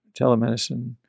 telemedicine